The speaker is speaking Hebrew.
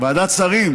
ועדת שרים